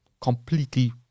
completely